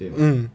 mm